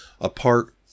apart